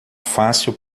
fácil